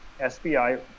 SBI